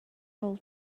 all